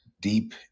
deep